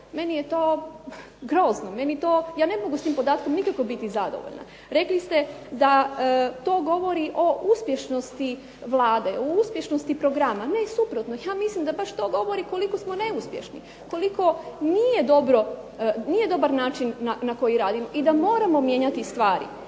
Meni je to grozno. Meni to, ja ne mogu s tim podatkom nikako biti zadovoljna. Rekli ste da to govori o uspješnosti Vlade, o uspješnosti programa. Ne, suprotno. Ja mislim da baš to govori koliko smo neuspješni, koliko nije dobro, nije dobar način na koji radimo, i da moramo mijenjati stvari.